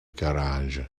garage